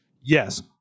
Yes